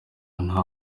nta